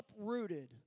uprooted